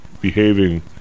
behaving